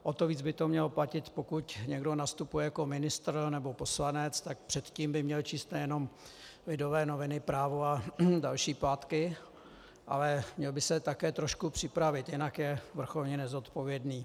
O to víc by to mělo platit, pokud někdo nastupuje jako ministr nebo poslanec, tak předtím by měl číst nejenom Lidové noviny, Právo a další plátky, ale měl by se také trošku připravit, jinak je vrcholně nezodpovědný.